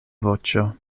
voĉo